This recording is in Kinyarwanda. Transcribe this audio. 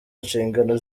inshingano